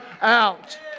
out